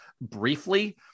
briefly